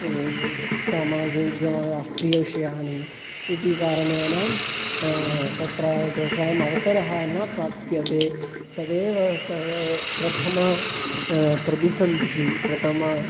सामाजे विध्यमानः राष्ट्रीयविषयाणि इति कारणेन तत्र तेषाम् अवसरः न प्राप्यते तदेव प्रथमः प्रतिसन्धिः प्रथमः